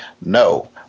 no